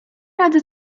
razy